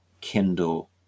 Kindle